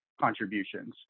contributions